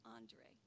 Andre